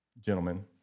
gentlemen